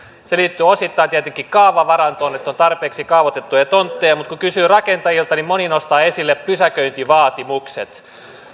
se liittyy osittain tietenkin kaavavarantoon että on tarpeeksi kaavoitettuja tontteja mutta kun kysyy rakentajilta moni nostaa esille pysäköintivaatimukset